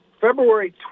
February